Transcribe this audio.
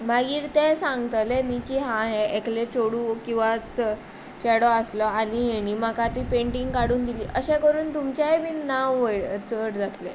मागीर ते सांगतले न्ही की आ हें एकलें चेडूं किंवा चेडो आसलो आनी हेणी म्हाका ती पेंटींग काडून दिली अशें करून तुमचेंय बी नांव वयर चड जातलें